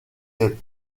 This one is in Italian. del